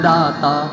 Data